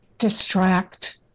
Distract